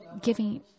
giving